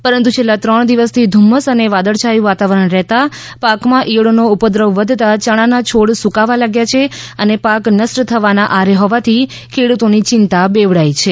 પરંતુ છેલ્લા ત્રણ દિવસથી ધુમ્મસ અને વાદળછાયુ વાતાવરણ રહેતા પાકમાં ઇયળોનો ઉપદ્રવ વધતાં ચણાનાં છોડ સુકાવા લાગ્યા છે અને પાક નષ્ટ થવાના આરે હોવાથી ખેડૂતોની ચિંતા બેવડાઇ છે